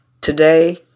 Today